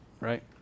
Right